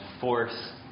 force